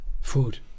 food